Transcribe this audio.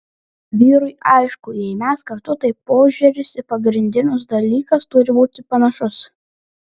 vyrui aišku jei mes kartu tai požiūris į pagrindinius dalykas turi būti panašus